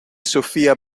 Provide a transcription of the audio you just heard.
sophia